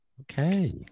Okay